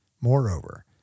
Moreover